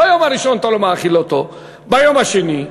ביום הראשון אתה לא מאכיל אותו, ביום השני,